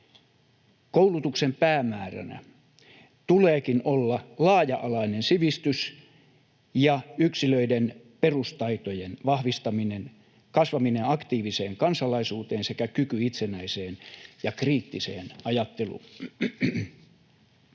Koulutuksen päämääränä tuleekin olla laaja-alainen sivistys ja yksilöiden perustaitojen vahvistaminen, kasvaminen aktiiviseen kansalaisuuteen sekä kyky itsenäiseen ja kriittiseen ajatteluun.